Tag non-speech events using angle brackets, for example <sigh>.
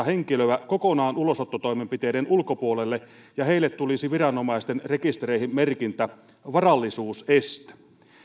<unintelligible> henkilöä kokonaan ulosottotoimenpiteiden ulkopuolelle ja heille tulisi viranomaisten rekistereihin merkintä varallisuuseste